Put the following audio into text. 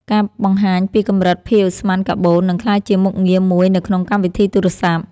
ការបង្ហាញពីកម្រិតភាយឧស្ម័នកាបូន នឹងក្លាយជាមុខងារមួយនៅក្នុងកម្មវិធីទូរសព្ទ។